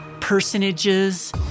personages